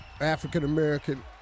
African-American